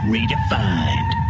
Redefined